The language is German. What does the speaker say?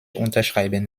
unterschreiben